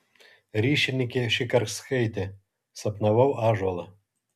ryšininkė šikarskaitė sapnavau ąžuolą